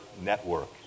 Network